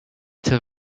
till